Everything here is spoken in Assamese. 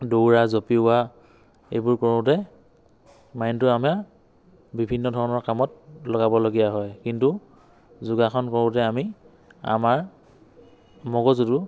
দৌৰা জঁপিওৱা এইবোৰ কৰোঁতে মাইণ্ডটো আমাৰ বিভিন্ন ধৰণৰ কামত লগাবলগীয়া হয় কিন্তু যোগাসন কৰোঁতে আমি আমাৰ মগজুটো